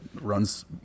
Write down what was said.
runs